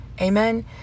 Amen